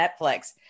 Netflix